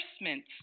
enforcement